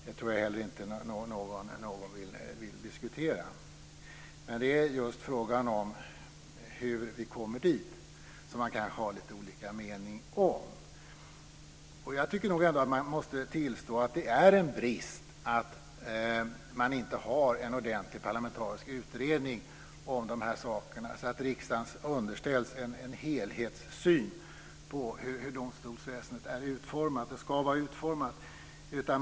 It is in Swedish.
Det tror jag heller inte att någon vill diskutera. Men det är just frågan om hur vi kommer dit som man kan ha lite olika mening om. Jag tycker ändå att man måste tillstå att det är en brist att man inte har en ordentlig parlamentarisk utredning av de här sakerna, så att riksdagen underställs en helhetssyn på hur domstolsväsendet ska vara utformat.